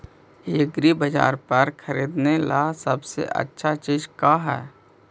एग्रीबाजार पर खरीदने ला सबसे अच्छा चीज का हई?